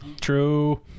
True